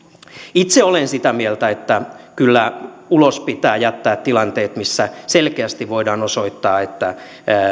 itse olen sitä mieltä että kyllä ulos pitää jättää tilanteet missä selkeästi voidaan osoittaa että